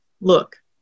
look